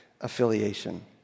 affiliation